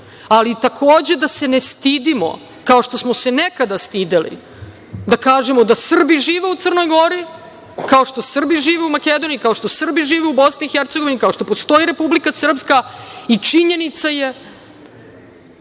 Ali, takođe, da se ne stidimo kao što smo se nekada stideli da kažemo da Srbi žive u Crnoj Gori, kao što Srbi žive u Makedoniji, kao što Srbi žive u Bosni i Hercegovini, kao što postoji Republika Srpska i činjenica je,